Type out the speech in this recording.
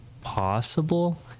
possible